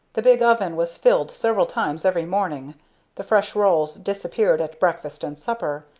the big oven was filled several times every morning the fresh rolls disappeared at breakfast and supper,